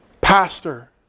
pastor